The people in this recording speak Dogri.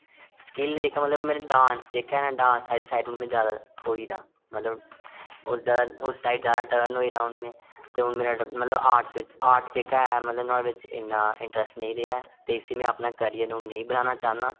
स्किन जेह्का मतलब में डांस जेह्का ऐ डांस आह्ली साइड़ में जादा खोई एदा मतलब उस साइड़ जादा हून मेरा मतलब आर्ट बिच आर्ट जेह्का मेरा इंट्रस्ट नेईं ऐ ते इस में अपना कैरियर हून नेईं बनाना चाह्ना